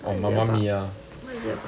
what's it about what's it about